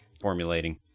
formulating